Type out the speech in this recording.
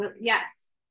yes